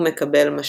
הוא מקבל משמעות.